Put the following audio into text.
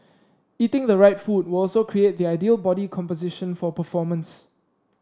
eating the right food will also create the ideal body composition for performance